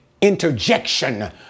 interjection